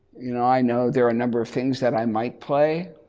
you know i know there are a number of things that i might play.